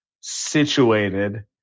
situated